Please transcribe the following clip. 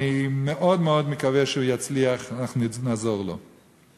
אני מאוד מקווה שהוא יצליח, אנחנו נעזור לו.